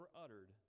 uttered